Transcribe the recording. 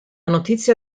notizia